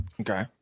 Okay